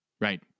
Right